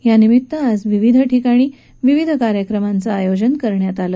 यानिमित्तानं आज ठिकठिकाणी विविध कार्यक्रमांचं आयोजन करण्यात आलं